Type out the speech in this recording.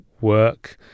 work